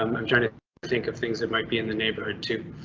um i'm trying to think of things that might be in the neighborhood too.